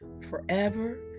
forever